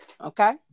Okay